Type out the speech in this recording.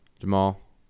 Jamal